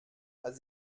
hat